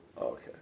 okay